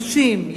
נשים,